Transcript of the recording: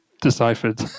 deciphered